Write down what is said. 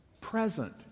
present